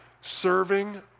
Serving